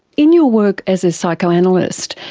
in your work as a psychoanalyst,